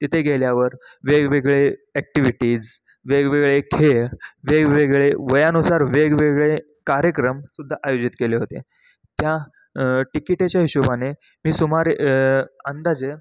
तिते गेल्यावर वेगवेगळे ॲक्टिव्हिटीज वेगवेगळे खेळ वेगवेगळे वयानुसार वेगवेगळे कार्यक्रमसुद्धा आयोजित केले होते त्या टिकिटेच्या हिशोबाने मी सुमारे अंदाजे